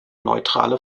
neutrale